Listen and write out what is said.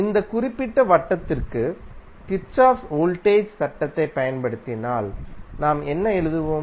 இந்த குறிப்பிட்ட வட்டத்திற்கு கிர்ச்சோஃப் வோல்டேஜ் சட்டத்தைப் பயன்படுத்தினால் நாம் என்ன எழுதுவோம்